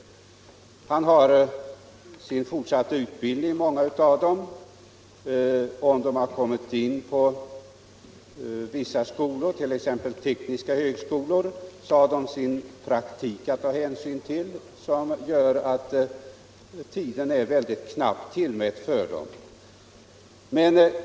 Många av dem har sin fortsatta utbildning att tänka på. Om de t.ex. har kommit in på teknisk högskola har de även sin praktik att ta hänsyn till, och det gör att tiden är knappt tillmätt för dem.